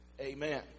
Amen